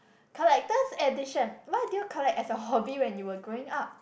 collector's edition what do you collect as a hobby when you were growing up